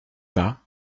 bas